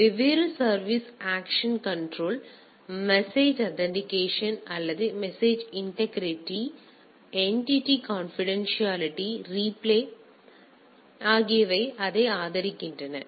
எனவே வெவ்வேறு service access control message authentication அல்லது message integrity entity confidentiality replay attack பாதுகாப்பு ஆகியவை இதை ஆதரிக்கின்றன